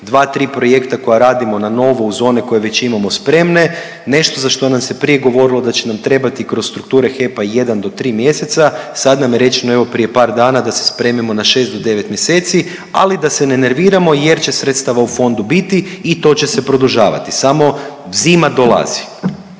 tri projekta koja radimo na novo uz one koje već imamo spremne nešto za što nam se prije govorilo da će nam trebati kroz strukture HEP-a jedan do tri mjeseca sad nam je rečeno evo prije par dana da se spremimo na šest do devet mjeseci, ali da se ne nerviramo jer će sredstava u fondu biti i to će se produžavati samo zima dolazi.